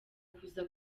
kuza